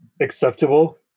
acceptable